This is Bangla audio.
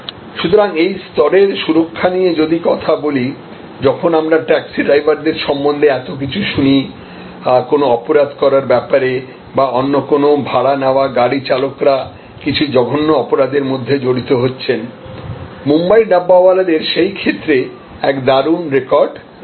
সুতরাং এই স্তরের সুরক্ষা নিয়ে যদি কথা বলি যখন আমরা ট্যাক্সি ড্রাইভারদের সম্পর্কে এত কিছু শুনি কোন অপরাধকরার ব্যাপারে বা অন্য কোনও ভাড়া নেওয়া গাড়ি চালকরা কিছু জঘন্য অপরাধের মধ্যে জড়িত হচ্ছেন মুম্বইয়ের ডাববাওয়ালাদের সেই ক্ষেত্রে এক দারুণ রেকর্ড রয়েছে